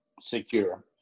secure